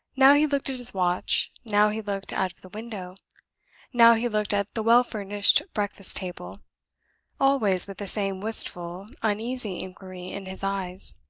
now he looked at his watch now he looked out of the window now he looked at the well-furnished breakfast-table always with the same wistful, uneasy inquiry in his eyes.